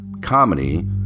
Comedy